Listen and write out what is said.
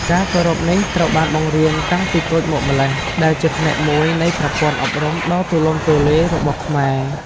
ការគោរពនេះត្រូវបានបង្រៀនតាំងពីតូចមកម្ល៉េះ ដែលជាផ្នែកមួយនៃប្រព័ន្ធអប់រំដ៏ទូលំទូលាយរបស់ខ្មែរ។